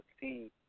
see